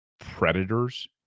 predators